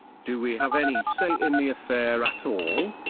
do we have any say in the affair at all?